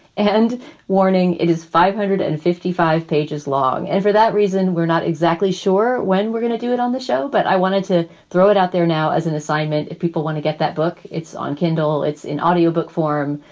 and warning it is five hundred and fifty five pages long. and for that reason, we're not exactly sure when we're going to do it on the show. but i wanted to throw it out there now as an assignment. if people want to get that book, it's on kindle. it's in audio book form.